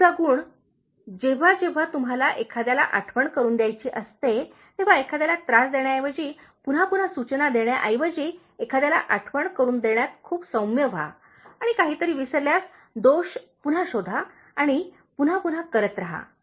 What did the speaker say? पुढचा गुण जेव्हा जेव्हा तुम्हाला एखाद्याला आठवण करून द्यायची असते तेव्हा एखाद्याला त्रास देण्याऐवजी पुन्हा पुन्हा सूचना देण्याऐवजी एखाद्याला आठवण करून देण्यात खूप सौम्य व्हा आणि काहीतरी विसरल्यास दोष पुन्हा शोधा आणि पुन्हा पुन्हा करत रहा